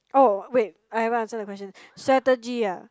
oh wait I haven't answer the question strategy ah